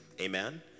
amen